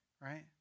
right